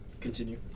Continue